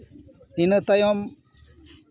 ᱤᱱᱟᱹ ᱛᱟᱭᱚᱢ